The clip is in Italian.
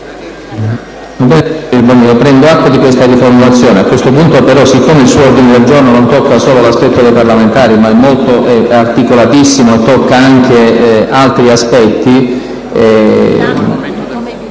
prendo atto di questa riformulazione. A questo punto però, siccome il suo ordine del giorno non tocca solo l'aspetto dei parlamentari ma è articolatissimo e riguarda anche altri aspetti,